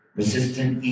resistant